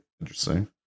interesting